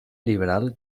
liberal